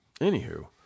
anywho